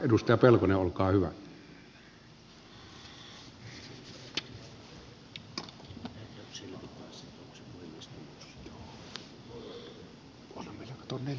edustaja pelkonen olkaa hyvä